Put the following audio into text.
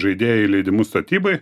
žaidėjai leidimus statybai